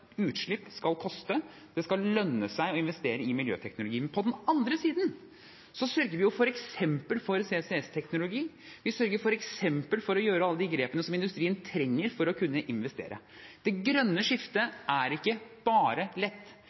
utslipp skal koste, og at det skal lønne seg å investere i miljøteknologi. På den andre siden sørger vi f.eks. for CCS-teknologi, og vi sørger f.eks. for å ta alle de grepene som industrien trenger for å kunne investere. Det grønne skiftet er ikke bare lett.